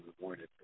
rewarded